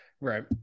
Right